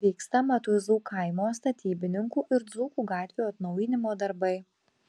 vyksta matuizų kaimo statybininkų ir dzūkų gatvių atnaujinimo darbai